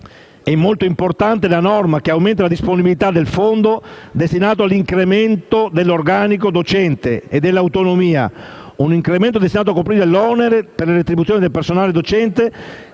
è molto importante la norma che aumenta la disponibilità del Fondo destinato all'incremento dell'organico docente e dell'autonomia; un incremento destinato a coprire l'onere per le retribuzioni del personale docente,